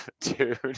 dude